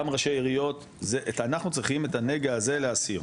גם ראשי עיריות, אנחנו צריכים את הנגע הזה להסיר.